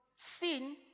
Sin